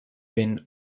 been